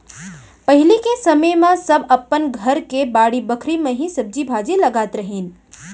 पहिली के समे म सब अपन घर के बाड़ी बखरी म ही सब्जी भाजी लगात रहिन